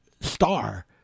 star